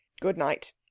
Good-night